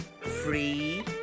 free